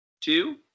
two